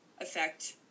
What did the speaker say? affect